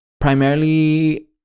Primarily